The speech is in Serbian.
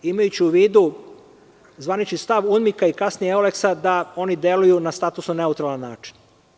Imajući u vidu zvanični stav UNMIK-a i kasnije Euleks-a da oni deluju na statusno neutralan način.